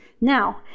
Now